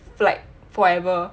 like forever